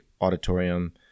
auditorium